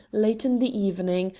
late in the evening,